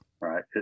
right